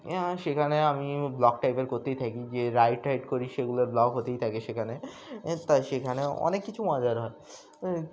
সেখানে আমি ব্লগ টাইপের করতেই থাকি যে রাইড টাইড করি সেগুলোর ব্লগ হতেই থাকে সেখানে তাই সেখানে অনেক কিছু মজার হয়